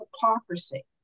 hypocrisy